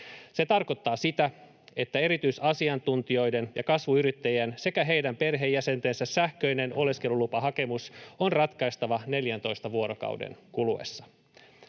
Se tarkoittaa sitä, että erityisasiantuntijoiden ja kasvuyrittäjien sekä heidän perheenjäsentensä sähköinen oleskelulupahakemus on ratkaistava 14 vuorokauden kuluessa.